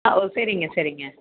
ஆ ஓ சரிங்க சரிங்க